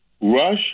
Rush